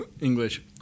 English